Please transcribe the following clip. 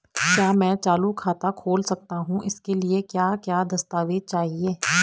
क्या मैं चालू खाता खोल सकता हूँ इसके लिए क्या क्या दस्तावेज़ चाहिए?